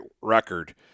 record